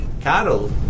cattle